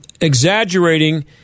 exaggerating